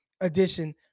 edition